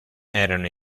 erano